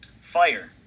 Fire